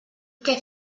què